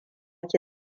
ki